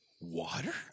Water